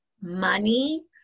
money